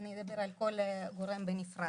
אני אדבר על כל גורם בנפרד.